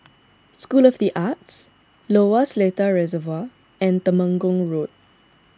School of the Arts Lower Seletar Reservoir and Temenggong Road